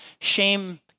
shame